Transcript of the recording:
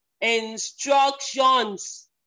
instructions